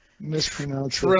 mispronounced